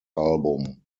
album